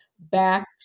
back